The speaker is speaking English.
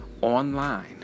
online